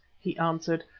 he answered,